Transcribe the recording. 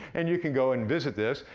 and you can go and visit this.